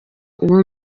uwo